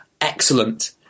excellent